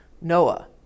Noah